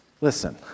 Listen